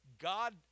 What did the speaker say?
God